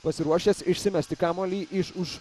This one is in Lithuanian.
pasiruošęs išsimesti kamuolį iš už